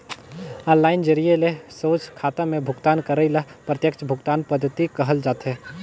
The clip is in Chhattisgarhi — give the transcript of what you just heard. ऑनलाईन जरिए ले सोझ खाता में भुगतान करई ल प्रत्यक्छ भुगतान पद्धति कहल जाथे